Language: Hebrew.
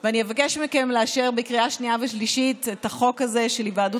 ואני אבקש מכם לאשר בקריאה שנייה ושלישית את החוק הזה של היוועדות